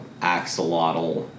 axolotl